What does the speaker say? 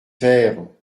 faire